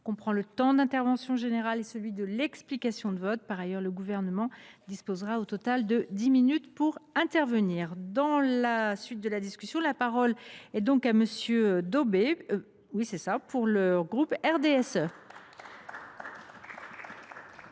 comprend le temps d’intervention générale et celui de l’explication de vote. Par ailleurs, le Gouvernement dispose au total de dix minutes pour intervenir. Dans la suite de la discussion, la parole est à M. Raphaël Daubet.